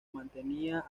mantenía